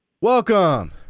Welcome